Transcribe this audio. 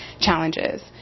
challenges